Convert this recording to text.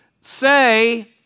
say